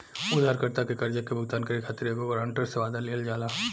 उधारकर्ता के कर्जा के भुगतान करे खातिर एगो ग्रांटर से, वादा लिहल जाला